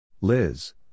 Liz